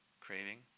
Craving